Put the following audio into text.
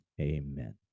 Amen